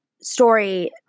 story